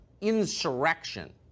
insurrection